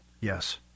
Yes